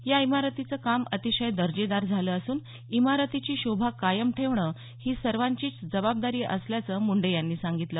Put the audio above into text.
या इमारतीचं काम अतिशय दर्जेदार झालं असून इमारतीची शोभा कायम ठेवणं ही सर्वांचीच जबाबदारी असल्याचं मुंडे यांनी सांगितलं